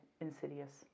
insidious